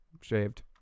Shaved